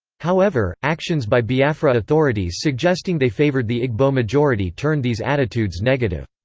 however, actions by biafra authorities suggesting they favored the igbo majority turned these attitudes negative.